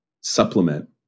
supplement